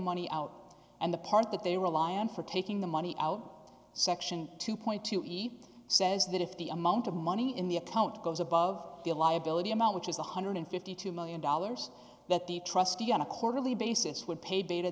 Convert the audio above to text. money out and the part that they rely on for taking the money out section two dollars point to eat says that if the amount of money in the account goes above the a liability amount which is one one hundred and fifty two million dollars that the trustee on a quarterly basis would pay